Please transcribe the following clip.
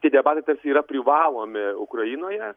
tie debatai tarsi yra privalomi ukrainoje